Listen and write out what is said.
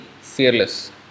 fearless